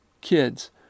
kids